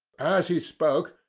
as he spoke,